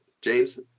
James